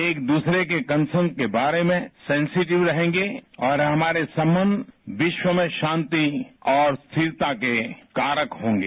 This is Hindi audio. एक दूसरे के कंसर्न के बारे में सेनसिटिव रहेंगे और हमारे संबंध विश्व में शांति और स्थिरता के कारक होंगे